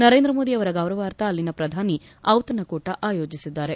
ನರೇಂದ್ರ ಮೋದಿ ಅವರ ಗೌರವಾರ್ಥ ಅಲ್ಲಿನ ಪ್ರಧಾನಿ ದಿತಣಕೂಟ ಆಯೋಜಿಸಿದ್ದಾರೆ